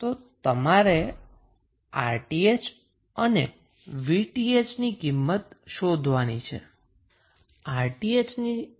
તો તમારે 𝑅𝑡ℎ અને 𝑉𝑡ℎ ની કિંમત શોધવાની છે